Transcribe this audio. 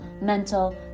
mental